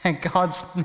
God's